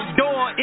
door